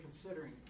considering